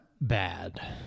bad